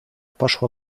poszło